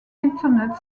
internet